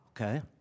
okay